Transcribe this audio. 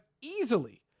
easily